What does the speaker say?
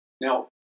Now